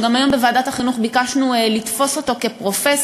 וגם היום בוועדת החינוך ביקשנו לתפוס אותו כפרופסיה,